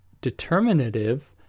determinative